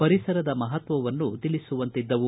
ಪರಿಸರದ ಮಹತ್ವನ್ನು ತಿಳಿಸುವಂತಿದ್ದವು